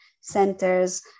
centers